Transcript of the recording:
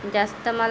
जास्त मला